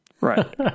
Right